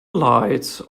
lights